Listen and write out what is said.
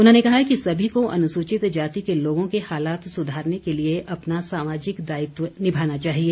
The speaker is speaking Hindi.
उन्होंने कहा कि सभी को अनुसूचित जाति के लोगों के हालात सुधारने के लिए अपना सामजिक दायित्व निभाना चाहिए